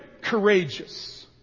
courageous